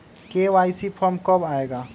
KYC form कब आए गा?